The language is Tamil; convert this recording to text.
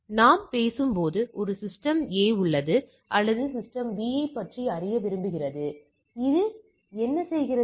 எனவே நாம் பேசும்போது ஒரு சிஸ்டம் A உள்ளது சிஸ்டம் B ஐப் பற்றி அறிய விரும்புகிறது அது என்ன செய்கிறது